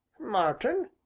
Martin